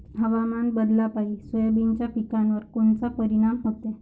हवामान बदलापायी सोयाबीनच्या पिकावर कोनचा परिणाम होते?